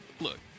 Look